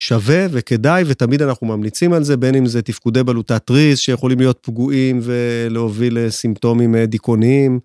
שווה וכדאי, ותמיד אנחנו ממליצים על זה, בין אם זה תפקודי בלוטת תריס, שיכולים להיות פגועים ולהוביל סימפטומים דיכוניים.